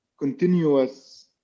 continuous